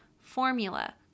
formula